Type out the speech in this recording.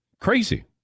Crazy